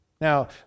Now